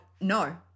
no